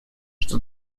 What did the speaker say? что